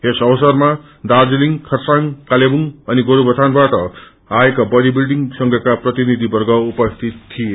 यस अवसरमा दार्जीलिङमा खरसाङ कालेबुङ अघि गोरूबथनबाट आएका बडी बिल्डिङ संघका प्रतिनिधिर्वग उपस्थित थिए